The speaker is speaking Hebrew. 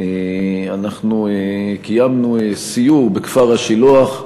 קיימנו סיור בכפר-השילוח,